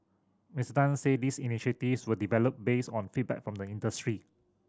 Miss Tan say these initiatives were developed based on feedback from the industry